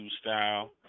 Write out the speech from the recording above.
style